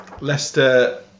Leicester